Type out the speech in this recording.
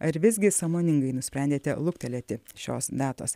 ar visgi sąmoningai nusprendėte luktelėti šios datos